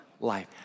life